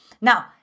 Now